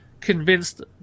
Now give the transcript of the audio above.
convinced